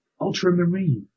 ultramarine